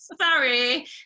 sorry